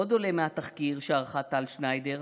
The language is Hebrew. עוד עולה מהתחקיר שערכה טל שניידר,